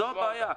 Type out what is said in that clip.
זו הבעיה.